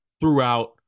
throughout